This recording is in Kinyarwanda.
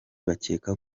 bakeka